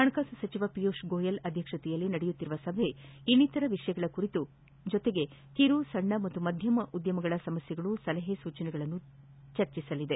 ಹಣಕಾಸು ಸಚಿವ ಪಿಯುಷ್ ಗೊಯಲ್ ಅಧ್ಯಕ್ಷತೆಯಲ್ಲಿ ನಡೆಯುತ್ತಿರುವ ಸಭೆ ಇನ್ನಿತರ ವಿಷಯಗಳ ಜೊತೆ ಕಿರು ಸಣ್ಣ ಮತ್ತು ಮಧ್ಯಮ ಉದ್ಯಮಗಳ ಸಮಸ್ಯೆಗಳು ಸಲಹೆ ಸೂಚನೆಗಳನ್ನು ಚರ್ಚಿಸಲಿದೆ